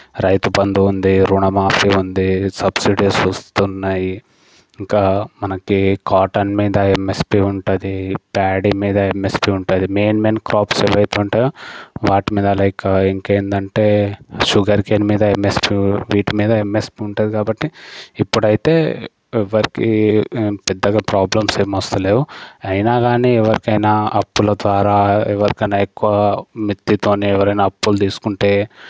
రైతుబంధు ఉంది రుణమాఫీ ఉంది సబ్సిడీస్ వస్తున్నాయి ఇంకా మనకి కాటన్ మీద ఎంఎస్పి ఉంటుంది ప్యాడి మీద ఎంఎస్పి ఉంటుంది మెయిన్ మెయిన్ క్రాప్స్ ఏవైతే ఉంటాయో వాటి మీద లైక్ ఇంకేందంటే షుగర్ కేన్ మీద ఎంఎస్పి వీటి మీద ఎంఎస్పి ఉంటుంది కాబట్టి ఇప్పుడైతే ఎవరికి పెద్దగా ప్రాబ్లంస్ ఏమీ వస్తలేవు అయినా కాని ఎవరికైనా అప్పుల ద్వారా ఎవరికైనా ఎక్కువ మిత్తితోని ఎవరైనా అప్పులు తీసుకుంటే